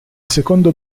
secondo